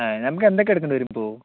ആ നമുക്കെന്തൊക്കെ എടുക്കേണ്ടി വരും ഇപ്പോൾ